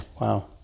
Wow